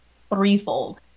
threefold